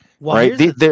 right